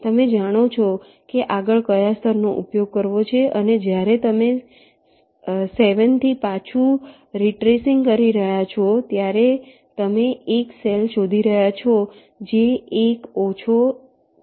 તમે જાણો છો કે આગળ કયા સ્તરનો ઉપયોગ કરવો છે અને જ્યારે તમે 7 થી પાછું રેટરેસિંગ રહ્યા છો ત્યારે તમે એક સેલ શોધી રહ્યા છો જે એક ઓછો 6 છે